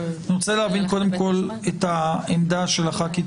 אני רוצה להבין קודם כול את העמדה של חברות הכנסת